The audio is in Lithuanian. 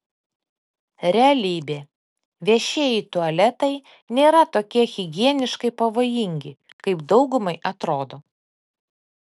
realybė viešieji tualetai nėra tokie higieniškai pavojingi kaip daugumai atrodo